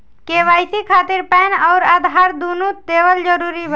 KYC खातिर PAN आउर आधार दुनों देवल जरूरी बा?